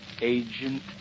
agent